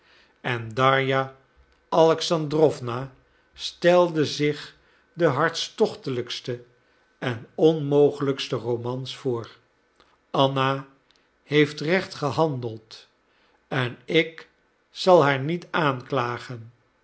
en darja alexandrowna stelde zich de hartstochtelijkste en onmogelijkste romans voor anna heeft recht gehandeld en ik zal haar niet aanklagen